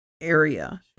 area